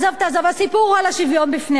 הסיפור הוא על השוויון בפני החוק.